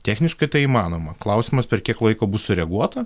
techniškai tai įmanoma klausimas per kiek laiko bus sureaguota